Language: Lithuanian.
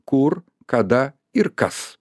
kur kada ir kas